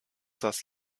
saß